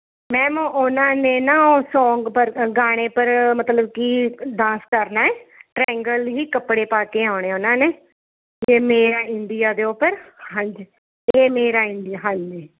ma'am ਉਨ੍ਹਾਂ ਨੇ ਨਾ ਉਹ ਸੋਂਗ ਪਰ ਸੰ ਗਾਣੇ ਪਰ ਮਤਲਬ ਕਿ ਡਾਂਸ ਕਰਨਾ ਹੈ ਟਰੈਂਗਲ ਹੀ ਕੱਪੜੇ ਪਾ ਕੇ ਆਉਣੇ ਆ ਉਨ੍ਹਾਂ ਨੇ ਜਿਵੇਂ ਇੰਡੀਆ ਦੇ ਉੱਪਰ ਹਾਂਜੀ ਯੇ ਮੇਰਾ ਇੰਡੀਆ ਹਾਂਜੀ